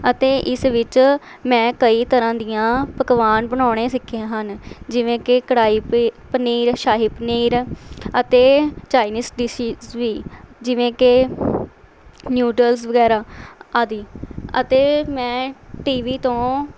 ਅਤੇ ਇਸ ਵਿੱਚ ਮੈਂ ਕਈ ਤਰ੍ਹਾਂ ਦੀਆਂ ਪਕਵਾਨ ਬਣਾਉਣੇ ਸਿੱਖੇ ਹਨ ਜਿਵੇਂ ਕਿ ਕੜਾਹੀ ਪੀ ਪਨੀਰ ਸ਼ਾਹੀ ਪਨੀਰ ਅਤੇ ਚਾਈਨੀਸ ਡਿਸ਼ੀਜ਼ ਵੀ ਜਿਵੇਂ ਕਿ ਨਿਊਡਲਸ ਵਗੈਰਾ ਆਦਿ ਅਤੇ ਮੈਂ ਟੀਵੀ ਤੋਂ